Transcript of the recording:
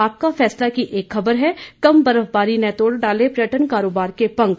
आपका फैसला की एक खबर है कम बर्फबारी ने तोड़ डाले पर्यटन कारोबार के पंख